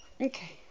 Okay